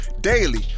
daily